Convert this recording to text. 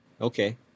Okay